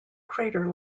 crater